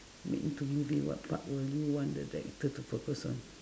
make into movie what part will you want the director to focus on